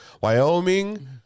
Wyoming